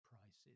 prices